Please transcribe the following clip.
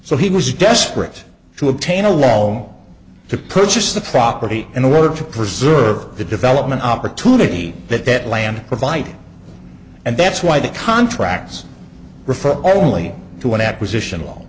so he was desperate to obtain a loan to purchase the property in order to preserve the development opportunity that that land provided and that's why the contracts refer only to an acquisition